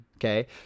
Okay